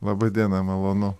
laba diena malonu